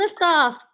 liftoff